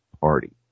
party